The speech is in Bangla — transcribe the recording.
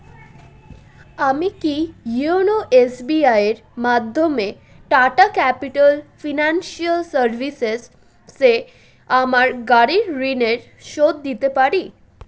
আমি কি ইওনো এসবিআইয়ের মাধ্যমে টাটা ক্যাপিটাল ফিনান্সিয়াল সার্ভিসেস সে আমার গাড়ির ঋণের শোধ দিতে পারি